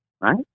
right